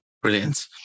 Brilliant